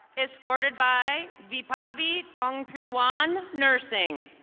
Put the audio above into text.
escorted by vipavi fonfreejuan, nursing.